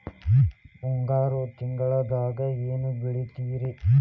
ಮುಂಗಾರು ತಿಂಗಳದಾಗ ಏನ್ ಬೆಳಿತಿರಿ?